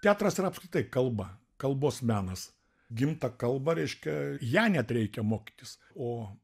teatras yra apskritai kalba kalbos menas gimtą kalbą reiškia ją net reikia mokytis o